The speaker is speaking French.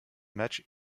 match